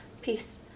peace